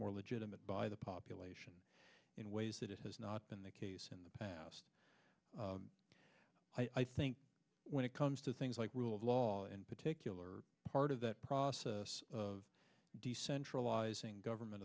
more legitimate by the population in ways that it has not been the case in the past i think when it comes to things like rule of law in particular part of that process of decentralizing government